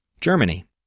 Germany